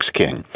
king